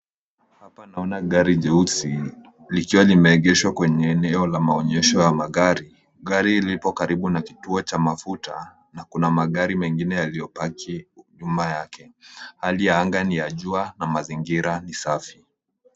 Hapa naona gari jeusi, likiwa limeegeshwa kwenye eneo la maonyesho ya magarI. Gari lipo karibu na kituo cha mafuta na kuna magari mengine yaliyopaki nyuma yake. Hali ya anga ni ya jua na mazingira ni safi.